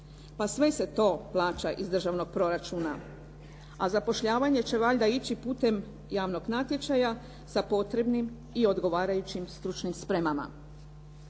Pa sve ste to plaća iz državnog proračuna a zapošljavanje će valjda ići putem javnog natječaja sa potrebnim i odgovarajućim stručnim spremama.